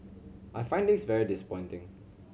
I find this very disappointing